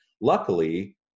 Luckily